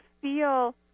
feel